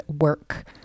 work